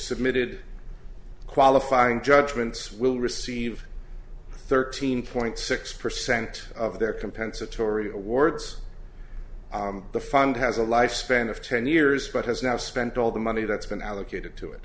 submitted qualifying judgments will receive thirteen point six percent of their compensatory awards the fund has a life span of ten years but has not spent all the money that's been allocated to it